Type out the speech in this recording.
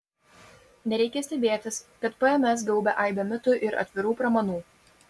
nereikia stebėtis kad pms gaubia aibė mitų ir atvirų pramanų